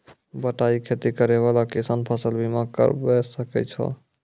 बटाई खेती करै वाला किसान फ़सल बीमा करबै सकै छौ?